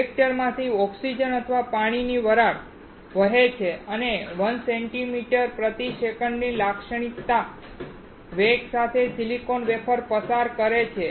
રિએક્ટરમાંથી oxygen અથવા પાણીની વરાળ વહે છે અને 1 સેન્ટીમીટર પ્રતિ સેકન્ડની લાક્ષણિક વેગ સાથે સિલિકોન વેફર્સ પસાર કરે છે